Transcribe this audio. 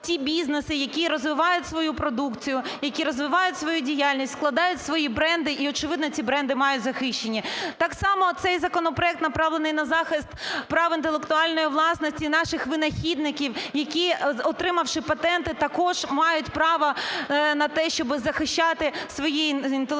ті бізнеси, які розвивають свою продукцію, які розвивають свою діяльність, складають свої бренди і очевидно ці бренди мають захищені. Так само цей законопроект направлений на захист прав інтелектуальної власності наших винахідників, які, отримавши патенти, також мають право на те, щоб захищати свою інтелектуальну працю.